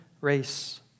race